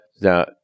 Now